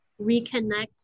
reconnect